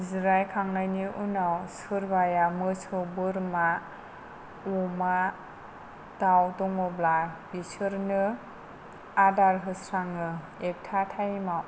जिरायखांनायनि उनाव सोरबाया मोसौ बोरमा अमा दाउ दङब्ला बिसोरनो आदार होस्राङो एकटा टाइमाव